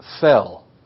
fell